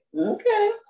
Okay